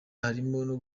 harimo